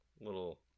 little